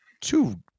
two